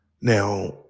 Now